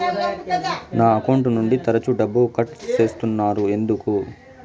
నా అకౌంట్ నుండి తరచు డబ్బుకు కట్ సేస్తున్నారు ఎందుకు